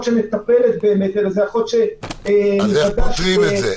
שמטפלת --- אז איך פותרים את זה?